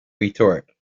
retort